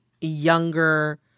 younger